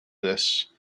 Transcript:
this